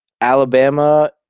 Alabama